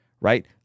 right